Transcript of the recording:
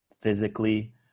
physically